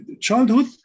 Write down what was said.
childhood